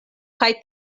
kaj